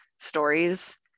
stories